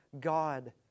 God